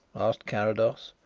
asked carrados,